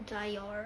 dior